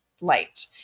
light